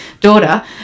daughter